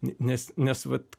nes nes vat